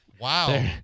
Wow